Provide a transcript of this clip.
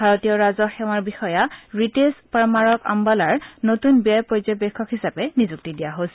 ভাৰতীয় ৰাজহ সেৱাৰ বিষয়া ৰিতেশ পৰমাৰক আম্বালাৰ নতুন ব্যয় পৰ্যবেক্ষক হিচাপে নিযুক্তি দিয়া হৈছে